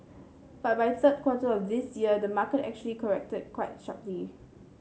but by third quarter of this year the market actually corrected quite sharply